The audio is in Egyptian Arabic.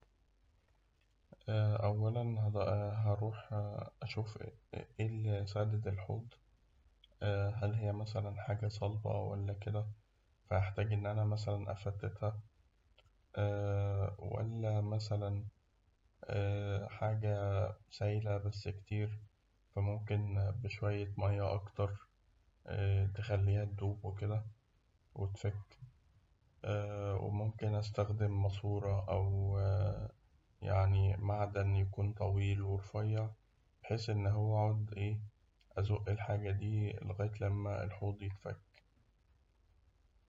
أولاً هأبقى أروح أشوف إيه اللي سادد الحوض؟ هل هي مثلاً حاجة صلبة ولا كده؟ هاحتاج إن أنا مثلاً أفتتها، ولا مثلاً سايلة بس كتير ف ممكن بشوية ماية اكتر تخليها تدوب وتفك، وممكن أستخدم ماسورة يعني معدن يكون طويل ورفيع بحيث إن هو أقعد أزق الحاجة دي لغاية لما الحوض يتفك.